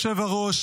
אדוני היושב-ראש,